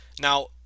Now